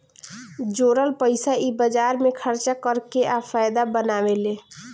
जोरल पइसा इ बाजार मे खर्चा कर के आ फायदा बनावेले